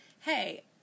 hey